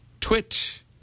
Twit